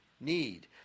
need